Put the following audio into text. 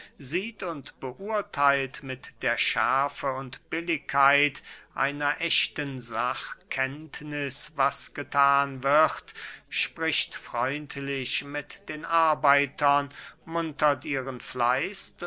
sieht und beurtheilt mit der schärfe und billigkeit einer echten sachkenntniß was gethan wird spricht freundlich mit den arbeitern muntert ihren fleiß